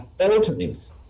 alternatives